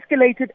escalated